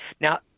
Now